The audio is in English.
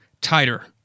tighter